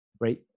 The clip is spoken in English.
Right